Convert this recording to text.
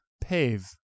pave